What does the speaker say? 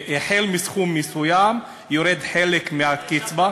והחל מסכום מסוים יורד חלק מהקצבה.